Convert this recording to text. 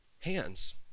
hands